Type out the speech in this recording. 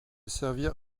servir